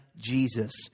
Jesus